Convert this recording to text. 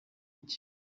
kimwe